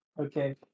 Okay